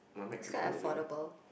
it's quite affordable